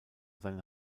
seine